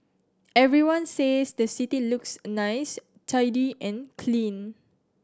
everyone says the city looks nice tidy and clean